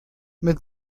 mit